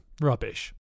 rubbish